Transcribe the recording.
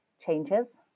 changes